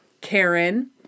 Karen